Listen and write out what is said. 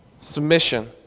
submission